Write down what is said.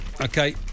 Okay